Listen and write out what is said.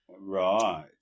Right